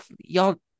y'all